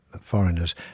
foreigners